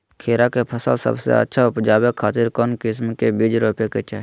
खीरा के फसल सबसे अच्छा उबजावे खातिर कौन किस्म के बीज रोपे के चाही?